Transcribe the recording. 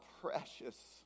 precious